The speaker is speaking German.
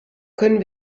können